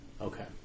Okay